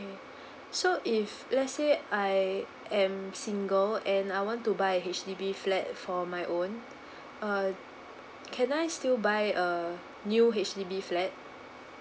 so if let's say I am single and I want to buy a H_D_B flat for my own err can I still buy a new H_D_B flat